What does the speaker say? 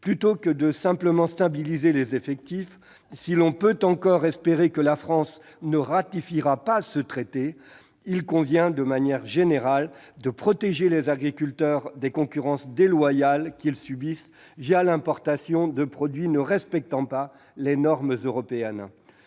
au lieu de simplement stabiliser les effectifs. Si l'on peut encore espérer que la France ne ratifiera pas ce traité, il convient de manière générale de protéger les agriculteurs des concurrences déloyales qu'ils subissent l'importation de produits ne respectant pas les normes européennes.